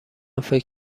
فکر